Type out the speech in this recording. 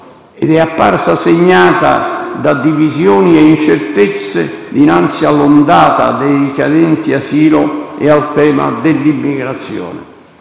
È apparsa segnata da divisioni e incertezze dinanzi all'ondata dei richiedenti asilo e al tema dell'immigrazione,